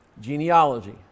genealogy